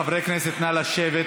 חברי הכנסת, נא לשבת.